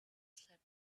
slept